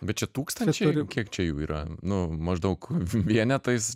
bet čia tūkstančiai kiek čia jų yra nu maždaug vienetais